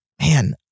man